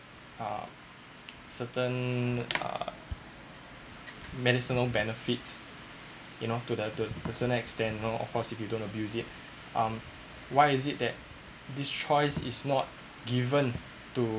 a certain err medicinal benefits you know to the the personal extent you know of course if you don't abuse it why is it that this choice is not given to